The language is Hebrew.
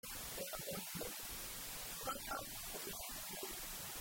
המבנה. ועד כאן הדברים